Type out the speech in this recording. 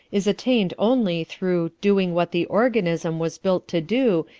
is attained only through doing what the organism was built to do,